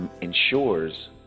ensures